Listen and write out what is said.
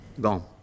Gone